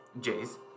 J's